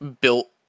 built